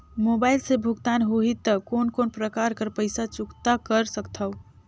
Mobile से भुगतान होहि त कोन कोन प्रकार कर पईसा चुकता कर सकथव?